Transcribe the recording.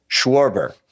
Schwarber